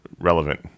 relevant